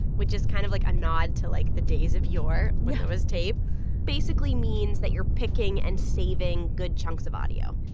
which is kind of, like, a nod to, like, the days of yore, when there was tape basically means that you're picking and saving good chunks of audio.